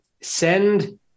send